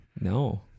No